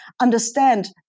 understand